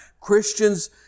Christians